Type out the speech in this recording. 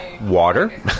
water